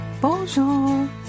Bonjour